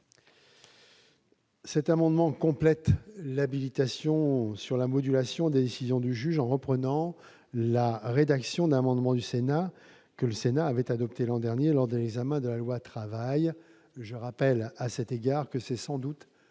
rectifié vise à compléter l'habilitation sur la modulation des décisions du juge, en reprenant la rédaction d'un amendement que le Sénat avait adopté l'an dernier lors de l'examen de la loi Travail ; je rappelle à cet égard que c'est sans doute